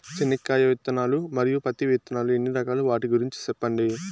చెనక్కాయ విత్తనాలు, మరియు పత్తి విత్తనాలు ఎన్ని రకాలు వాటి గురించి సెప్పండి?